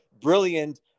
brilliant